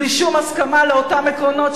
בלי שום הסכמה לאותם עקרונות,